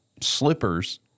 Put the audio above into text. slippers